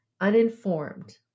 uninformed